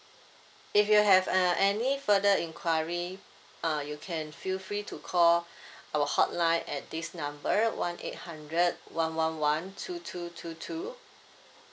if you have uh any further enquiry uh you can feel free to call our hotline at this number one eight hundred one one one two two two two